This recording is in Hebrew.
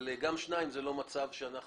אבל גם שניים זה לא מצב שאנחנו שמחים בו.